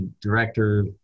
director